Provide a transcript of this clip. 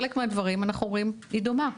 בחלק מהדברים אנחנו רואים שהטכנולוגיה דומה,